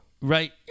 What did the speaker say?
Right